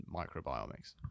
microbiomics